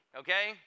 okay